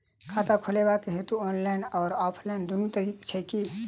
खाता खोलेबाक हेतु ऑनलाइन आ ऑफलाइन दुनू तरीका छै की?